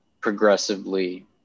progressively